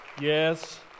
Yes